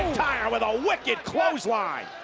with a wicked clothesline.